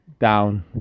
down